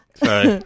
Sorry